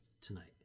tonight